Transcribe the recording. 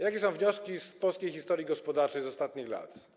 Jakie są wnioski z polskiej historii gospodarczej ostatnich lat?